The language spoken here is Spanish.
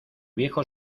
viejo